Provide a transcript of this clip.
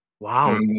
Wow